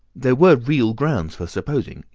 there were real grounds for supposing,